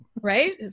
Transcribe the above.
Right